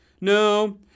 No